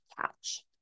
catch